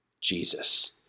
Jesus